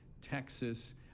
Texas